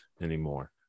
anymore